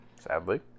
Sadly